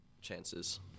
chances